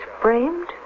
framed